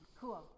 cool